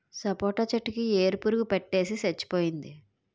సపోటా చెట్టు కి ఏరు పురుగు పట్టేసి సచ్చిపోయింది